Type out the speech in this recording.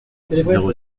zéro